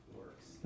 works